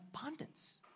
abundance